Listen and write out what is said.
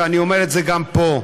ואני אומר את זה גם פה: